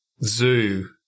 zoo